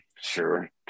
sure